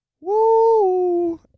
Woo